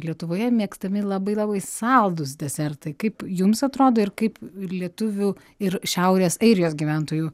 lietuvoje mėgstami labai labai saldūs desertai kaip jums atrodo ir kaip ir lietuvių ir šiaurės airijos gyventojų